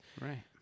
Right